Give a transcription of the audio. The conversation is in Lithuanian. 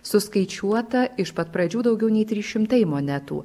suskaičiuota iš pat pradžių daugiau nei trys šimtai monetų